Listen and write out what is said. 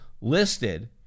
listed